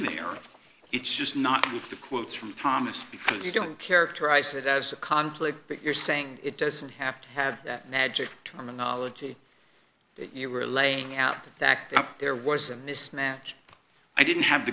there it's just not in the quotes from thomas because you don't characterize it as a conflict but you're saying it doesn't have to have that magic terminology that you were laying out the fact that there was a mismatch i didn't have the